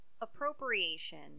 appropriation